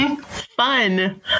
Fun